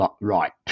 right